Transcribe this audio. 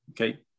Okay